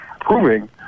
proving